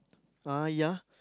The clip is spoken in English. uh ya